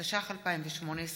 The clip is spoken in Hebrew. התשע"ח 2018,